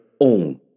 own